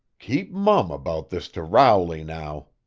keep mum about this to rowley now,